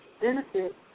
benefit